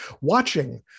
watching